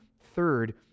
Third